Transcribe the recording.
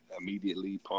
immediately